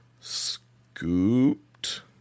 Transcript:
scooped